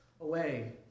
away